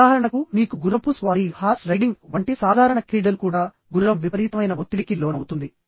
ఉదాహరణకు మీకు గుర్రపు స్వారీ వంటి సాధారణ క్రీడలు కూడా గుర్రం విపరీతమైన ఒత్తిడికి లోనవుతుంది